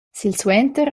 silsuenter